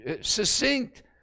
succinct